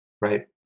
right